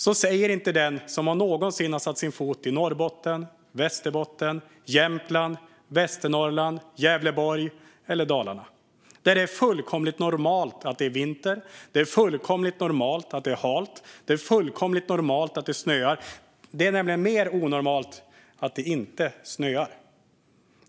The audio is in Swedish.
Så säger inte den som någonsin har satt sin fot i Norrbotten, Västerbotten, Jämtland, Västernorrland, Gävleborg eller Dalarna. Där är det fullkomligt normalt att det är vinter, att det är halt och att det snöar. Det är nämligen mer onormalt att det inte snöar.